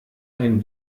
ein